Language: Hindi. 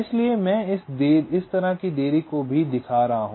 इसलिए मैं इस तरह की देरी भी दिखा रहा हूं